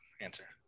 answer